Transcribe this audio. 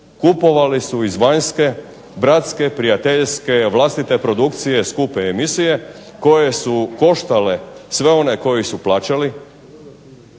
kupovali su iz vanjske, bratske, prijateljske, vlastite produkcije skupe emisije koje su koštale sve one koji su plaćali.